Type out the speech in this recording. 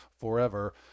forever